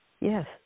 Yes